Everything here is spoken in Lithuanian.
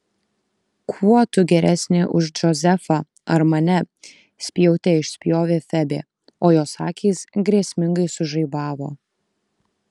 kuo tu geresnė už džozefą ar mane spjaute išspjovė febė o jos akys grėsmingai sužaibavo